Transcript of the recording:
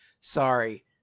sorry